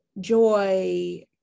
joy